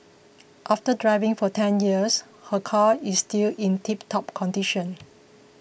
after driving for ten years her car is still in tiptop condition